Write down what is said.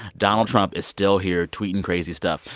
donald trump is still here tweeting crazy stuff.